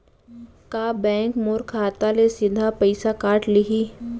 का बैंक मोर खाता ले सीधा पइसा काट लिही?